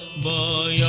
by